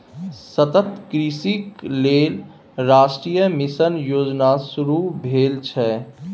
सतत कृषिक लेल राष्ट्रीय मिशन योजना शुरू भेल छै